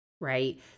right